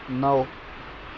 نو